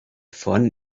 fun